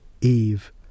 Eve